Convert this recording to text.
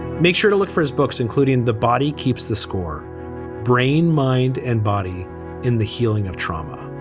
make sure to look for his books, including the body keeps the score brain, mind and body in the healing of trauma.